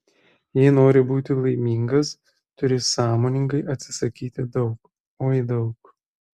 jei nori būti laimingas turi sąmoningai atsisakyti daug oi daug